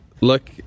look